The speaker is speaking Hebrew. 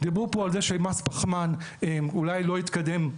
דיברו פה שמס פחמן אולי לא יתקדם.